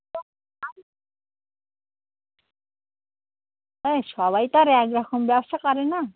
ওই সবাই তো আর এক রকম ব্যবসা করে না